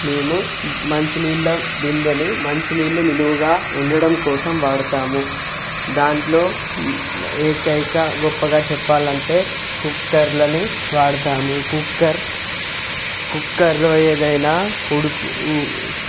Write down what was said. మేము మంచినీళ్ళ బిందెని మంచినీళ్ళు నిలువ ఉండడం కోసం వాడతాము దాంట్లో ఏకైక గొప్పగా చెప్పాలి అంటే కుక్కర్లని వాడుతాము కుక్కర్ కుక్కర్లో ఏదైనా ఉడుకు ఉ